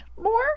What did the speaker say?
more